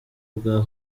bwa